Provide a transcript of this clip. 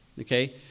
okay